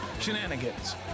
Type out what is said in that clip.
Shenanigans